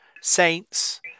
Saints